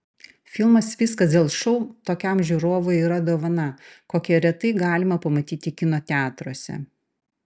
filmas viskas dėl šou tokiam žiūrovui yra dovana kokią retai galima pamatyti kino teatruose